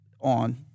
on